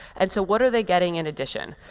and so what are they getting in addition?